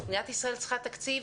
מדינת ישראל צריכה תקציב,